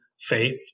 faith